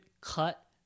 cut